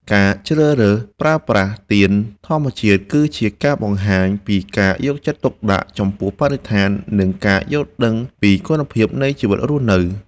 ការជ្រើសរើសប្រើប្រាស់ទៀនធម្មជាតិ គឺជាការបង្ហាញពីការយកចិត្តទុកដាក់ចំពោះបរិស្ថាន និង ការយល់ដឹងពីគុណភាពនៃជីវិតរស់នៅ។